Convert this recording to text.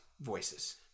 voices